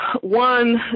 One